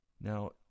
Now